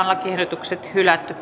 lakiehdotukset hylätään